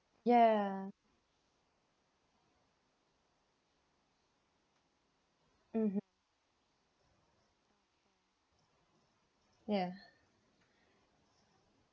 yeah mm yeah